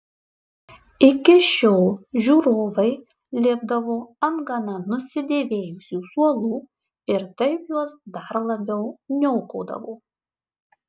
iki šiol žiūrovai lipdavo ant gana nusidėvėjusių suolų ir taip juos dar labiau niokodavo